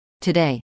today